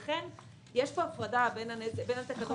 לכן יש פה הפרדה בין תקנות